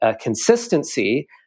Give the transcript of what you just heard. consistency